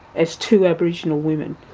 as two aboriginal women,